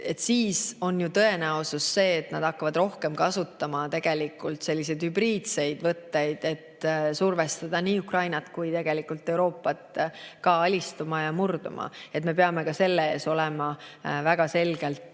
siis on ju tõenäosus see, et nad hakkavad rohkem kasutama selliseid hübriidseid võtteid, et survestada nii Ukrainat kui tegelikult ka Euroopat alistuma ja murduma. Me peame ka sellest olema väga selgelt